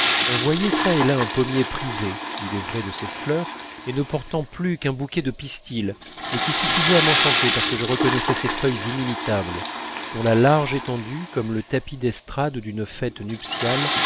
on voyait çà et là un pommier privé il est vrai de ses fleurs et ne portant plus qu'un bouquet de pistils mais qui suffisait à m'enchanter parce que je reconnaissais ces feuilles inimitables dont la large étendue comme le tapis d'estrade d'une fête nuptiale